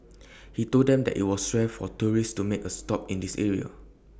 he told them that IT was rare for tourists to make A stop in this area